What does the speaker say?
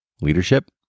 leadership